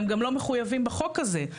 והם גם לא מחויבים בחוק הזה.